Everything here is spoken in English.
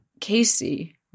Casey